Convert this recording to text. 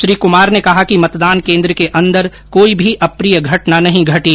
श्री कमार ने कहा कि मतदान केंद्र के अंदर कोई भी अप्रिय घटना नहीं घटी